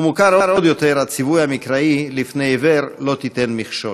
ומוכר עוד יותר הציווי המקראי "לפני עִוֵּר לא תִתן מכשֹל".